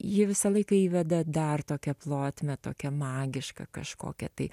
ji visą laiką įveda dar tokią plotmę tokią magišką kažkokią tai